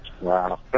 Wow